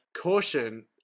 Caution